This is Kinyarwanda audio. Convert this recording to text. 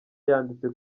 yanditse